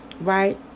Right